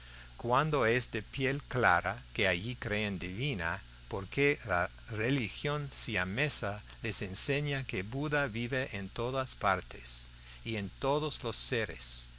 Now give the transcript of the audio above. cuando es de piel clara que allí creen divina porque la religión siamesa les enseña que buda vive en todas partes y en todos los seres